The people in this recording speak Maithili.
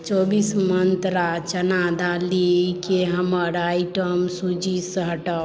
चौबीस मन्त्रा चना दालिकेँ हमर आइटम सूचीसँ हटाउ